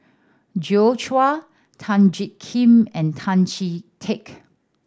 Joi Chua Tan Jiak Kim and Tan Chee Teck